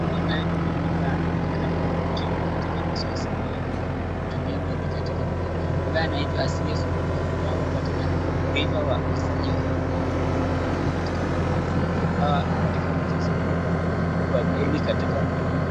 Huyu naye ni mama ambaye anaonekana akiwa katika mazoezini yake kutumia meli katika mtoni, ambaye anaitwa Asiye Sururu, ambaye ako katika river wa Uziyo. Ambaye anaonekana kuwa katika mazoezini au ako katika mchezoni wa meli katika mtoni.